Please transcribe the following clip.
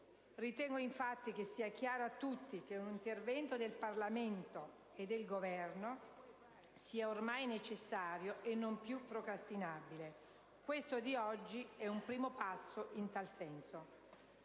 Ritengo infatti che sia chiaro a tutti che un intervento del Parlamento e del Governo sia ormai necessario e non più procrastinabile. Questo di oggi è un primo passo in tal senso.